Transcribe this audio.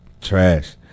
trash